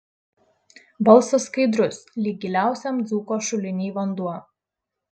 balsas skaidrus lyg giliausiam dzūko šuliny vanduo